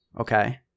Okay